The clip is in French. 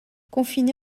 confiné